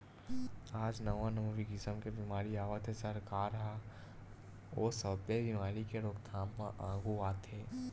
आज नवा नवा किसम के बेमारी आवत हे, सरकार ह ओ सब्बे बेमारी के रोकथाम म आघू आथे